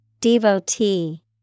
Devotee